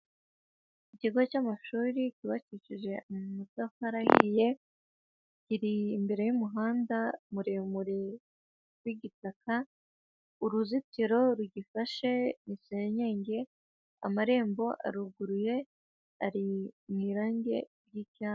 Ikigo cy'amashuri cyubakikije amatafari ahiye, kiri imbere y'umuhanda muremure w'igitaka, uruzitiro rugifashe ni senyenge, amarembo aruguruye, ari mu irange ry'icyatsi.